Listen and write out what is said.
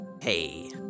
Hey